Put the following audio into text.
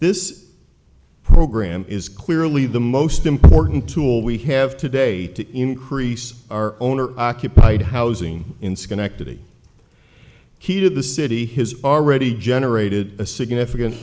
this program is clearly the most important tool we have today to increase our owner occupied housing in schenectady key to the city his already generated a significant